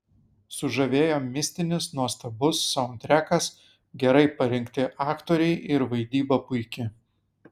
sužavėjo mistinis nuostabus saundtrekas gerai parinkti aktoriai ir vaidyba puiki